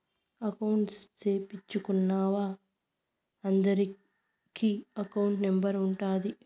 account సేపిచ్చుకున్నా అందరికి account number ఉంటాది